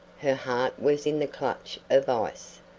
her heart was in the clutch of ice.